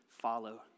follow